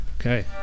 Okay